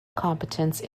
competence